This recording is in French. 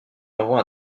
envoie